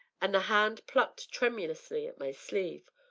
and the hand plucked tremulously at my sleeve,